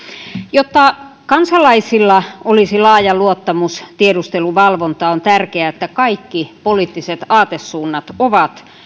jotta kansalaisilla olisi laaja luottamus tiedusteluvalvontaan on tärkeää että kaikki poliittiset aatesuunnat ovat